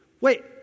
wait